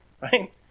right